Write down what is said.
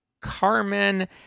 Carmen